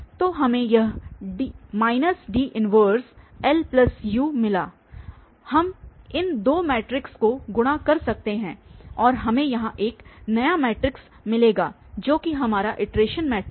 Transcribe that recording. तो हमें यह D 1LU मिला हम इन दो मैट्रिक्स को गुणा कर सकते हैं और हमें यहां एक नया मैट्रिक्स मिलेगा जो कि हमारा इटरेशन मैट्रिक्स है